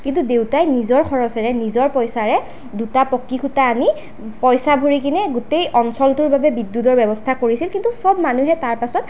কিন্তু দেউতাই নিজৰ খৰচেৰে নিজৰ পইচাৰে দুটা পকী খুটা আনি পইচা ভৰি কিনে গোটেই অঞ্চলটোৰ বাবে বিদ্যুতৰ ব্যৱস্থা কৰিছিল কিন্তু চব মানুহে তাৰ পাছত